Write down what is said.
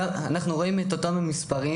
אנחנו רואים את אותם המספרים,